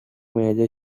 major